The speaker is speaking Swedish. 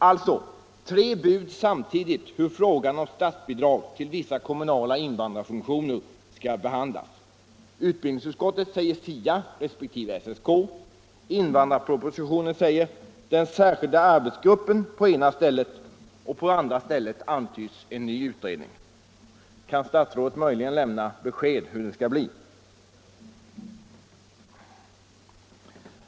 Alltså tre bud samtidigt om hur frågan om statsbidrag till vissa kommunala invandrarfunktioner skall behandlas. Utbildningsutskottet säger SIA respektive SSK. Invandrarpropositionen säger den särskilda arbetsgruppen på det ena stället, och på det andra stället antyds en ny utredning. Kan statsrådet möjligen lämna besked om hur det skall bli?